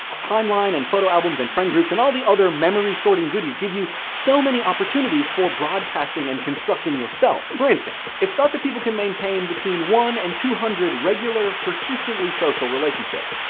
timeline and photo albums and friend groups and all the other memory-sorting goodies give you so many opportunities for broadcasting and constructing yourself. for instance, it's thought that people can maintain between one hundred and two hundred regular persistently social relationships.